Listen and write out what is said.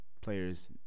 players